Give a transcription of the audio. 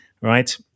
right